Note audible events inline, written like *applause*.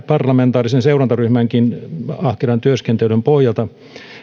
*unintelligible* parlamentaarisen seurantaryhmänkin ahkeran työskentelyn pohjalta